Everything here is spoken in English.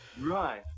Right